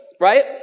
right